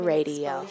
Radio